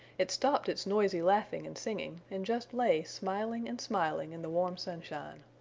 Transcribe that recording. it stopped its noisy laughing and singing and just lay smiling and smiling in the warm sunshine.